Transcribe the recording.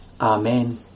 Amen